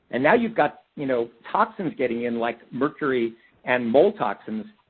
and now you've got, you know, toxins getting in like mercury and mold toxins.